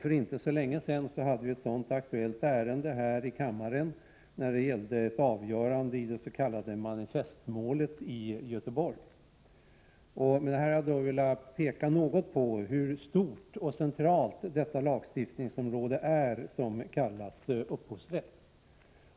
För inte så länge sedan hade vi ett sådant aktuellt ärende här i kammaren när det gällde avgörande i det s.k. manifestmålet i Göteborg. Jag har med det anförda velat peka på hur stort och centralt det område är som kallas upphovsrätt.